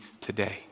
today